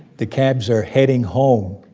the cabs are heading home.